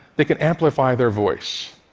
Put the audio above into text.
they can amplify their voice,